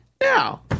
now